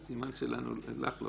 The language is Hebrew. אז סימן שלך לא כדאי.